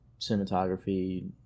cinematography